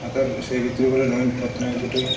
ଆଉ ତାର୍ ସେ ଭିତରୁ ଗୋଟେ ନବୀନ ପଟ୍ଟନାୟକ ଗୋଟେ